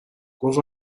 گفت